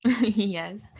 yes